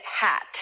hat